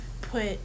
put